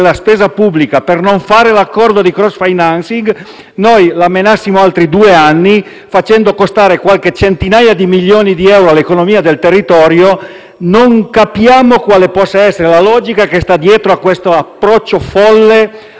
di spesa pubblica e non fare l'accordo di *cross financing*, la menassimo altri due anni, con un costo di qualche centinaia di milioni di euro per l'economia del territorio. Non capiamo quale possa essere la logica che sta dietro a quest'approccio folle